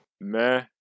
meh